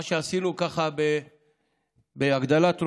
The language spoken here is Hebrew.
מה שעשינו בהגדלת ראש,